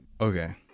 Okay